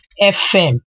FM